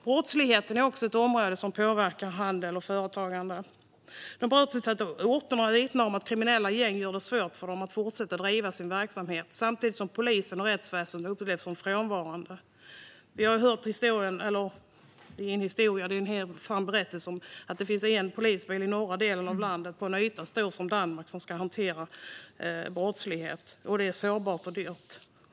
Brottslighet är också en faktor som påverkar handel och företagande. Företagare på brottsutsatta orter vittnar om att kriminella gäng gör det svårt för dem att fortsätta bedriva sin verksamhet, samtidigt som polisen och rättsväsendet upplevs som frånvarande. Vi har hört historien - eller det är ingen historia utan en sann berättelse - att det i norra delen av landet finns en polisbil på en yta stor som Danmark. Brottsligheten gör det sårbart och dyrt att bedriva verksamhet.